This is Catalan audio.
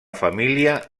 família